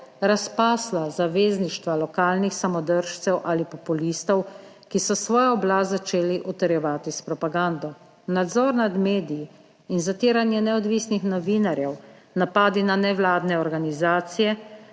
razpasla zavezništva lokalnih samodržcev ali populistov, ki so svojo oblast začeli utrjevati s propagando. Nadzor nad mediji in zatiranje neodvisnih novinarjev, napadi na nevladne organizacije,